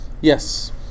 Yes